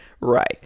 Right